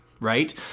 right